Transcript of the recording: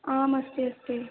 आम् अस्ति अस्ति